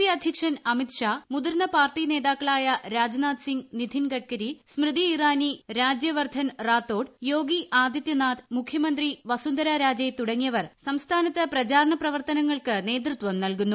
P അദ്ധ്യക്ഷൻ അമിത് ഷാ മുതിർന്ന party നേതാക്കളായ രാജ്നാഥ്സിംഗ് നിഥിന്റ് ഗൃഡ്കരി സ്മൃതി ഇറാനി രാജ്യവർദ്ധൻ റാത്തോർ യോഗി അദിത്യനാഥ് മുഖ്യമന്ത്രി വസുന്ധരാരാജെ തുടങ്ങിയവർ സംസ്ഥാനത്ത് പ്രചാരണ പ്രവർത്തനങ്ങൾക്ക് നേതൃത്വം നൽകുന്നു